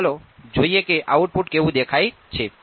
તો ચાલો જોઈએ કે આઉટપુટ કેવું દેખાય છે